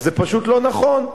זה פשוט לא נכון.